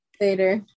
Later